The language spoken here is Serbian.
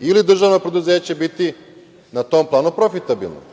ili državno preduzeće biti na tom planu profitabilno.